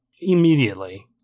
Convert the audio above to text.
immediately